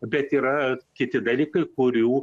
bet yra kiti dalykai kurių